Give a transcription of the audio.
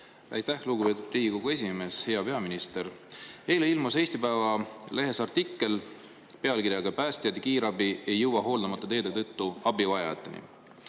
Aitäh, lugupeetud Riigikogu esimees! Hea peaminister! Eile ilmus Eesti Päevalehes artikkel pealkirjaga "Päästjad ja kiirabi ei jõua hooldamata teede tõttu abivajajateni".